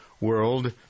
world